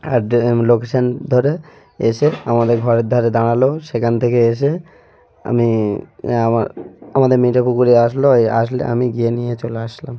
address এবং location ধরে এসে আমাদের ঘরের ধারে দাঁড়ালো সেখান থেকে এসে আমি আমার আমাদের পুকুরে আসলো এ আসলে আমি গিয়ে নিয়ে চলে আসলাম